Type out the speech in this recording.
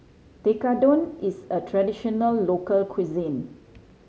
tekkadon is a traditional local cuisine